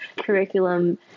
curriculum